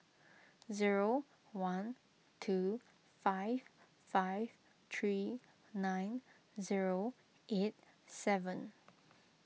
zero one two five five three nine zero eight seven